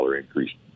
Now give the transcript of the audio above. increase